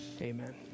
Amen